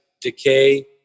decay